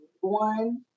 one